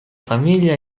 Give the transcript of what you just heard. famiglia